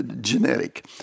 genetic